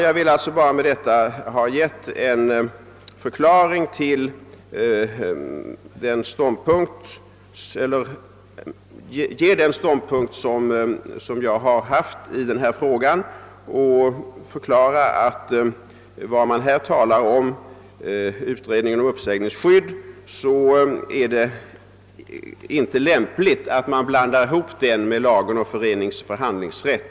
Jag har med detta bara velat ange vilken ståndpunkt jag intar i detta ärende och förklara att det inte är lämpligt att blanda ihop utredningen om uppsägningsskydd med frågan om ändringar i lagen om föreningsoch förhandlingsrätt.